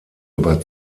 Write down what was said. über